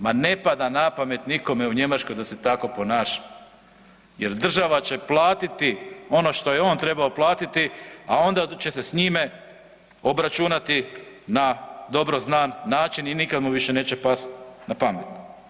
Ma ne pada na pamet nikome u Njemačkoj da se tako ponaša jer država će platiti ono što je on trebao platiti, a onda će se s njime obračunati na dobro znan način i nikada mu više neće pasti na pamet.